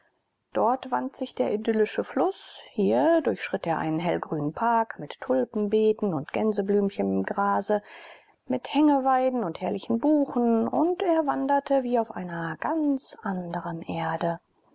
dort wand sich der idyllische fluß hier durchschritt er einen hellgrünen park mit tulpenbeeten und gänseblümchen im grase mit hängeweiden und herrlichen buchen und er wanderte wie auf einer ganz andren erde